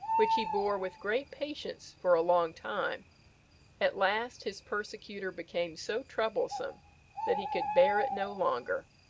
which he bore with great patience for a long time at last his persecutor became so troublesome that he could bear it no longer.